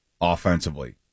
offensively